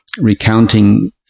recounting